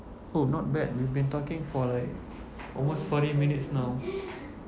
oh not bad we've been talking for like almost forty minutes now